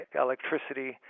electricity